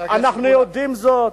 אנחנו יודעים זאת,